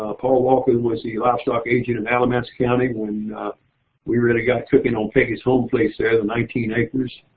ah paul walker was the livestock agent and um in so county when we really got cooking on peggy's home place there, the nineteen acres.